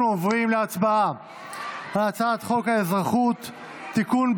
אנחנו עוברים להצבעה על הצעת חוק האזרחות (תיקון,